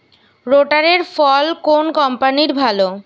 রোটারের ফল কোন কম্পানির ভালো?